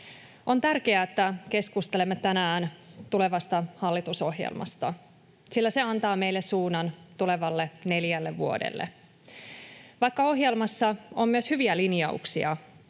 On tärkeää, että keskustelemme tänään tulevasta hallitusohjelmasta, sillä se antaa meille suunnan tulevalle neljälle vuodelle. Vaikka ohjelmassa on myös hyviä linjauksia,